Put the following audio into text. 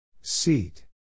Seat